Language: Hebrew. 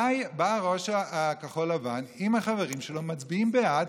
בא יושב-ראש כחול לבן עם החברים שלו ומצביעים בעד,